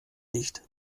nicht